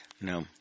No